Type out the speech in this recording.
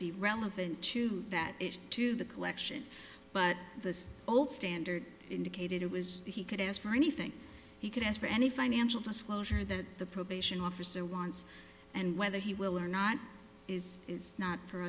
be relevant to that issue to the collection but the old standard indicated it was he could ask for anything he could ask for any financial disclosure that the probation officer wants and whether he will or not is is not for